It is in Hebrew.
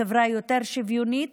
חברה יותר שוויונית